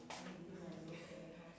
for entertainment lah